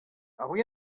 avui